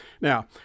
Now